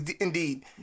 indeed